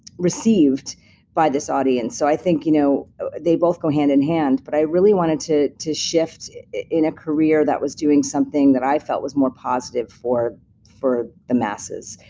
received by this audience. so i think you know they both go hand-in-hand. but i really wanted to to shift in a career that was doing something that i felt was more positive for for the masses.